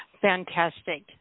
Fantastic